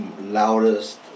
loudest